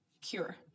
cure